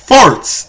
Farts